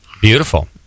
Beautiful